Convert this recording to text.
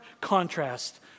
contrast